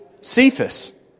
Cephas